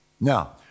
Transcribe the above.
Now